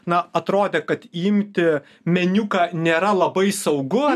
na atrodė kad imti meniuką nėra labai saugu